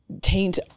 taint